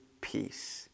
peace